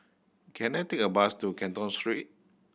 can I take a bus to Canton Street